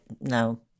no